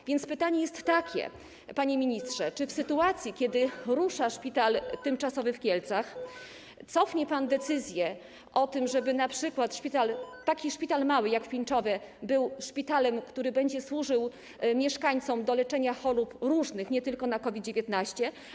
A więc pytanie jest takie, panie ministrze, czy w sytuacji kiedy rusza szpital tymczasowy w Kielcach, cofnie pan decyzję, żeby np. taki mały szpital jak w Pińczowie był szpitalem, który będzie służył mieszkańcom do leczenia chorób różnych, nie tylko COVID-19.